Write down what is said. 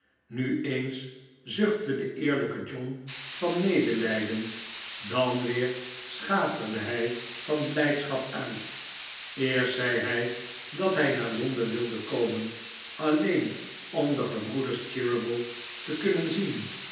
nu eens zuchtte de eerlijke john van medelijden dan weer schaterde hij zijn blijdschap uit eerst zei hij dat hij naar londen wilde komen alleen om de gebroeders cheeryble te kunnen zien